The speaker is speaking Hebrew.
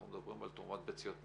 אנחנו מדברים על תרומת ביציות מחו"ל.